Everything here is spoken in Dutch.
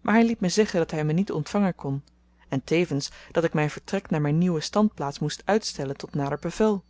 maar hy liet me zeggen dat hy me niet ontvangen kon en tevens dat ik myn vertrek naar myn nieuwe standplaats moest uitstellen tot nader bevel